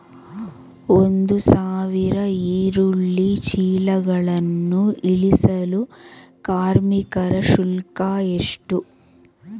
ಒಂದು ಸಾವಿರ ಈರುಳ್ಳಿ ಚೀಲಗಳನ್ನು ಇಳಿಸಲು ಕಾರ್ಮಿಕರ ಶುಲ್ಕ ಎಷ್ಟು?